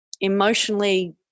emotionally